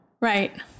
Right